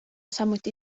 samuti